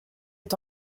est